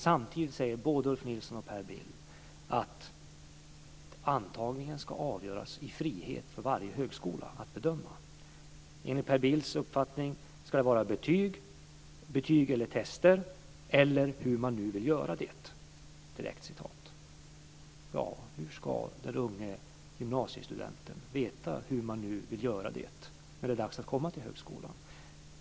Samtidigt säger både Ulf Nilsson och Per Bill att antagningen ska avgöras i frihet för varje högskola att bedöma. Enligt Per Bills uppfattning ska det vara betyg, betyg eller tester, eller "hur man nu vill göra det". Hur ska den unge gymnasiestudenten veta "hur man nu vill göra det" när det är dags att komma till högskolan?